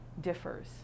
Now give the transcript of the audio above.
differs